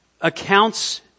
accounts